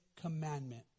commandment